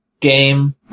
game